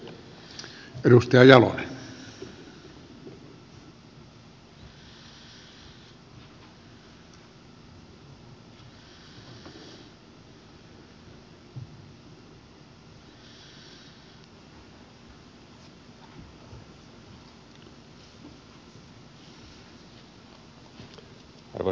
arvoisa puhemies